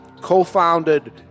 co-founded